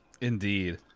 Indeed